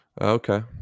Okay